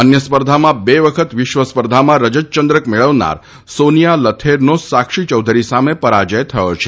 અન્ય સ્પર્ધામાં બે વખત વિશ્વ સ્પર્ધામાં રજત ચંદ્રક મેળવનાર સોનિયા લથેરનો સાક્ષી ચૌધરી સામે પરાજય થયો છે